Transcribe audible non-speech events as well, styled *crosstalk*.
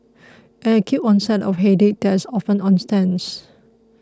an acute onset of headache that is often *unintelligible*